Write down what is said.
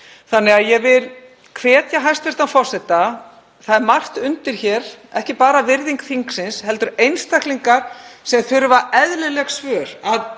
þannig að ég vil hvetja hæstv. forseta til dáða. Það er margt undir hér, ekki bara virðing þingsins heldur einstaklinga sem þurfa eðlilega svör, að